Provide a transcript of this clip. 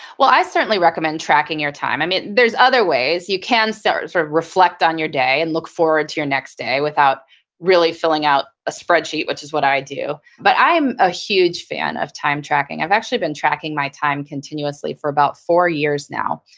well, i certainly recommend tracking your time. i mean there's other ways. you can sort sort of reflect on your day and look forward to your next day without really filling out a spreadsheet, which is what i do. but i am a huge fan of time tracking. i've actually been tracking my time continuously for about four years now,